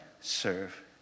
serve